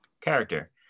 character